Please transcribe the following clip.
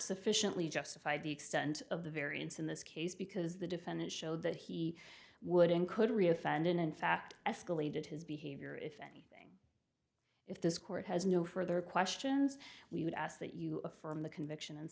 sufficiently justified the extent of the variance in this case because the defendant showed that he would in could re offend and in fact escalated his behavior if any if this court has no further questions we would ask that you affirm the conviction and